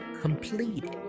completed